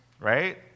right